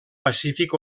pacífic